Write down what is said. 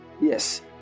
yes